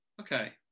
okay